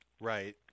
Right